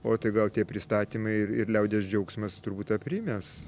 o tai gal tie pristatymai ir ir liaudies džiaugsmas turbūt aprimęs